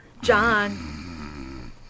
John